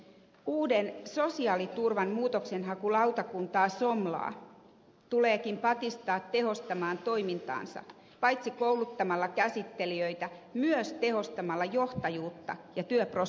uutta sosiaaliturvan muutoksenhakulautakuntaa somlaa tuleekin patistaa tehostamaan toimintaansa paitsi kouluttamalla käsittelijöitä myös tehostamalla johtajuutta ja työprosesseja